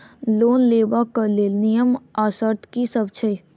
Loan लेबऽ कऽ लेल नियम आ शर्त की सब छई?